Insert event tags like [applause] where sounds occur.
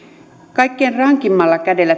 kaikkein rankimmalla kädellä [unintelligible]